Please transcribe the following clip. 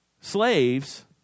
slaves